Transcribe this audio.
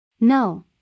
No